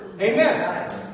Amen